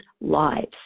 lives